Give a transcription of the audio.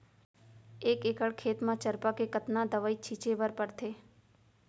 एक एकड़ खेत म चरपा के कतना दवई छिंचे बर पड़थे?